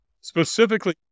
specifically